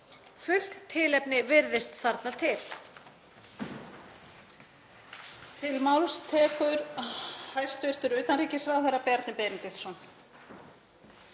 Fullt tilefni virðist þarna vera